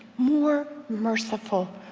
more merciful,